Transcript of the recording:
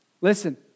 Listen